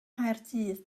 nghaerdydd